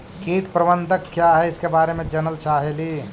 कीट प्रबनदक क्या है ईसके बारे मे जनल चाहेली?